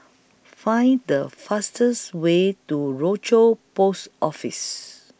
Find The fastest Way to Rochor Post Office